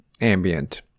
ambient